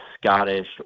Scottish